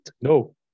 no